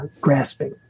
Grasping